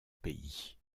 pays